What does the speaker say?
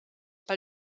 pel